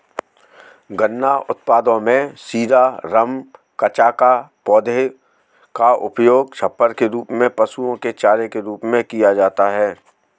गन्ना उत्पादों में शीरा, रम, कचाका, पौधे का उपयोग छप्पर के रूप में, पशुओं के चारे के रूप में किया जाता है